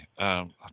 Okay